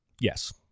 yes